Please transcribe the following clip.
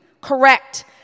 correct